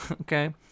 okay